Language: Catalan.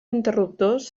interruptors